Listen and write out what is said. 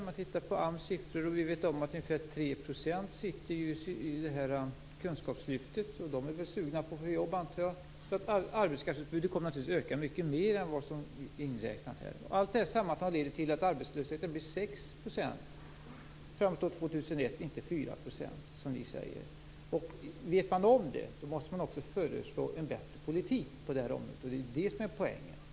Det är bara att titta på AMS siffror. Ungefär 3 % finns inom kunskapslyftet. De människorna antar jag är sugna på att få jobb. Arbetskraftsutbudet kommer alltså att öka mycket mer än som är beräknat här. Sammantaget leder detta till att det blir 6 % arbetslöshet fram till år 2001 - inte 4 %, som ni säger. Om man vet det måste man föreslå en bättre politik på det här området. Det är det som är poängen.